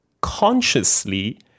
consciously